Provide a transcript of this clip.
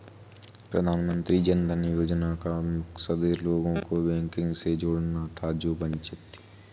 प्रधानमंत्री जन धन योजना का मकसद लोगों को बैंकिंग से जोड़ना था जो वंचित थे